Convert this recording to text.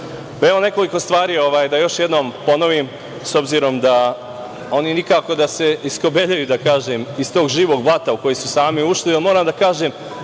nekoliko stvari da još jednom ponovim, s obzirom da oni nikako da se iskobeljaju, da kažem, iz tog živog blata u koje su sami ušli, ali moram da kažem